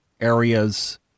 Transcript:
areas